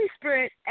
Spirit